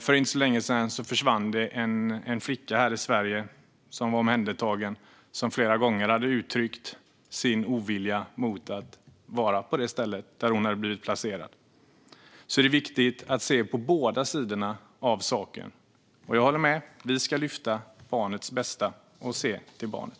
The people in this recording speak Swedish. För inte så länge sedan försvann en flicka som var omhändertagen här i Sverige. Hon hade flera gånger uttryckt sin motvilja mot att vara på det ställe där hon hade blivit placerad. Det är alltså viktigt att se båda sidor av saken. Jag håller med om att vi ska lyfta barnets bästa och se till barnet.